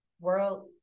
world